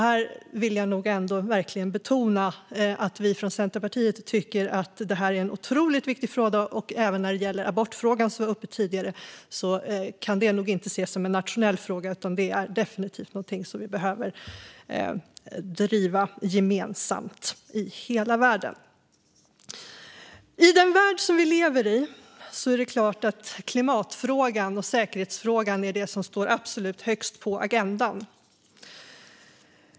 Här vill jag nog ändå verkligen betona att vi från Centerpartiet tycker att det är en otroligt viktig fråga. Även abortfrågan, som var uppe tidigare, kan inte ses som en nationell fråga. Det är definitivt någonting som vi behöver driva gemensamt i hela världen. I den värld som vi lever i står klimatfrågan och säkerhetsfrågan absolut högst på agendan.